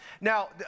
Now